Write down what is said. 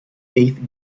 eighth